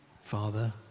Father